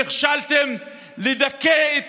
נכשלתם בלדכא את